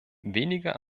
weniger